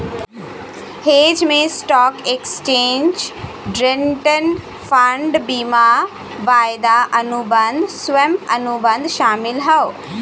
hedge में stock, exchange traded fund, बीमा, वायदा अनुबंध, स्वैप, अनुबंध शामिल हौ